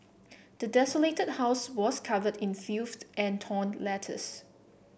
the desolated house was covered in filth and torn letters